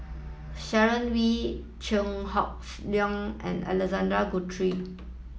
Sharon Wee Chew Hocks Leong and Alexander Guthrie